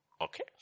Okay